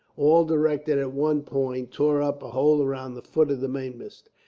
all directed at one point, tore up a hole around the foot of the mainmast.